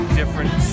different